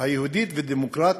יהודית ודמוקרטית,